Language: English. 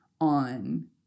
on